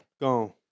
Gone